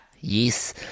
Yes